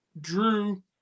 Drew